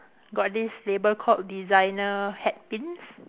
got this label called designer hat pins